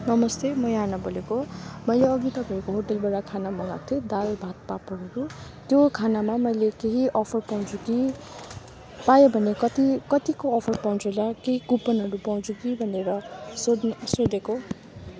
नमस्ते म यहाना बोलेको मैले अघि तपाईँको होटेलबाट खाना मगाएको थिएँ दाल भात पापडहरू त्यो खानामा मैले केही अफर पाउँछु कि पायो भने कति कतिको अफर पाउँछु होला केही कुपनहरू पाउँछु कि भनेर सोध्नु सोधेको